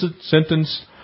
sentence